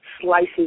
slices